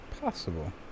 possible